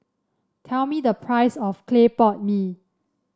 tell me the price of Clay Pot Mee